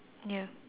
ya